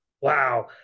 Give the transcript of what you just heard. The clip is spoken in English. wow